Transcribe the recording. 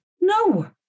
No